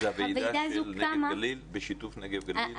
זה הועידה של נגב-גליל בשיתוף נגב-גליל?